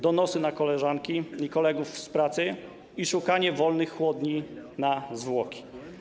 Donosy na koleżanki i kolegów z pracy i szukanie wolnych chłodni na zwłoki.